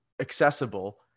accessible